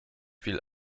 viel